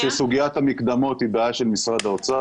אני לא מקבל את האמירה שסוגיית המקדמות היא בעיה של משרד האוצר.